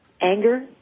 anger